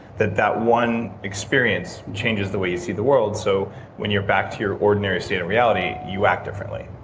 that that one experience changes the way you see the world. so when you're back to your ordinary state of reality you act differently